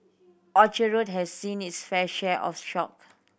Orchard Road has seen it's fair share of shock